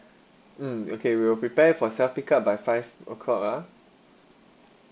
mm okay we will prepare for self pick up by five o'clock ah